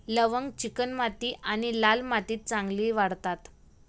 लवंग चिकणमाती आणि लाल मातीत चांगली वाढतात